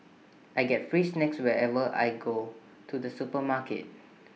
I get free snacks whenever I go to the supermarket